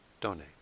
donate